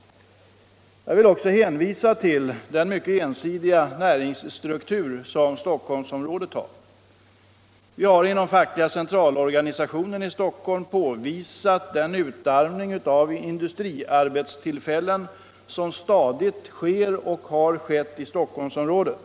Jag vill också hänvisa till den mycket ensidiga näringsstruktur Stockholmsområdet har. Vi har inom Fackliga centralorganisationen i Stockholm påvisat den utarmning av industriarbetstillfällen som stadigt sker och har skett i Stockholmsområdet.